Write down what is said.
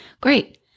great